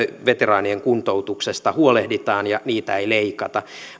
veteraanien kuntoutuksesta huolehditaan ja siitä ei leikata